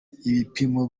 ibipimo